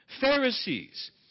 Pharisees